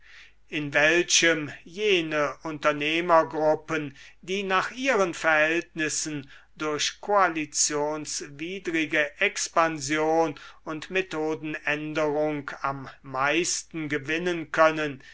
in welchem jene unternehmergruppen die nach ihren verhältnissen durch koalitionswidrige expansion und methodenänderung am meisten gewinnen können